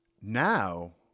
Now